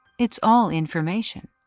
it's all information.